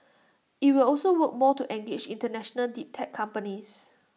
IT will also work more to engage International deep tech companies